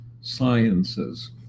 sciences